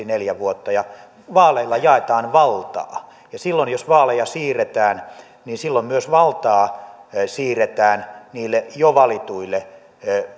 neljä vuotta vaaleilla jaetaan valtaa ja silloin jos vaaleja siirretään niin silloin myös valtaa siirretään niille jo valituille